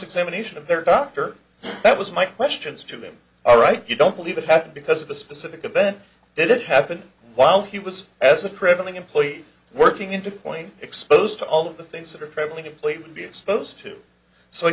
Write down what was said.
examination of their doctor that was my questions to them all right you don't believe it happened because of the specific event didn't happen while he was as a prevailing employee working into point exposed to all of the things that are troubling to play to be exposed to so i